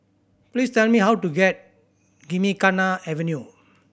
please tell me how to get Gymkhana Avenue